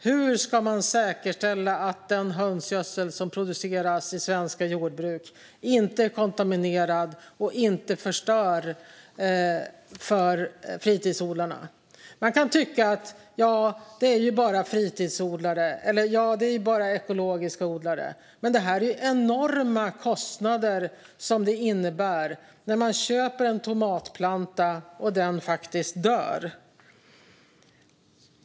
Hur ska man säkerställa att den hönsgödsel som produceras i svenska jordbruk inte är kontaminerad och inte förstör för fritidsodlarna? Man kan tycka: Ja, det är ju bara fritidsodlare, eller: Ja, det är ju bara ekologiska odlare. Men det är enorma kostnader det innebär när man köper en tomatplanta och den faktiskt dör.